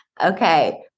Okay